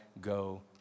go